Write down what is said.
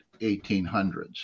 1800s